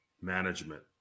management